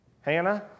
Hannah